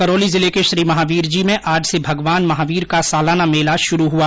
करौली जिले के श्रीमहावीरजी में आज से भगवान महावीर का सालाना मेला शुरू हुआ